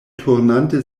turnante